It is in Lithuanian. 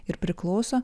ir priklauso